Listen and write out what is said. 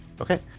okay